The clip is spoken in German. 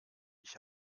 ich